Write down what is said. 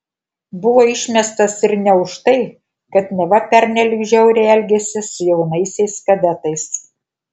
buvo išmestas ir ne už tai kad neva pernelyg žiauriai elgėsi su jaunaisiais kadetais